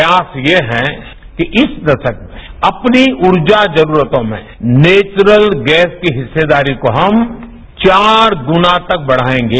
प्रयास ये है कि इस दराक अपनी रूर्जा जरूरतों में नेचुरत गैस की हिस्सेदारी को हम चार गुणा तक बढ़ाएगें